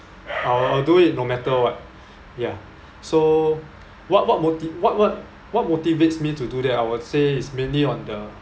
I'll do it no matter what ya so what what moti~ what what what motivates me to do that I would say is mainly on the